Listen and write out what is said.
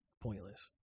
pointless